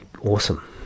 Awesome